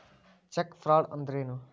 Check fraud ಅಂದ್ರ ಏನು?